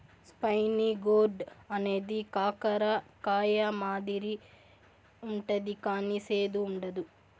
spiny gourd అనేది కాకర కాయ మాదిరి ఉంటది కానీ సేదు ఉండదు